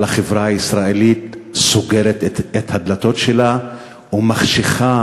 אבל החברה הישראלית סוגרת את הדלתות שלה ומחשיכה